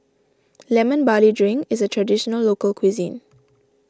Lemon Barley Drink is a Traditional Local Cuisine